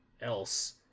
else